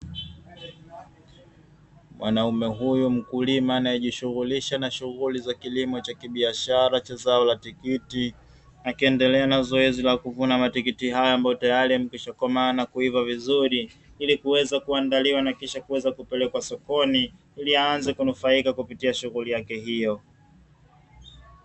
Mwanaume huyu mkulima anayejishughulisha na shughuli za kilimo cha kibiashara cha zao la tikiti, akiendelea na zoezi la kuvuna matikiti haya ambayo tayari yamekwishakomaa na kuivaa vizuri ili kuweza kuandaliwa na kisha kuweza kupelekwa sokoni ili aanze kunufaika kupitia shughuli yake hiyo.